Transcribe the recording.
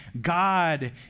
God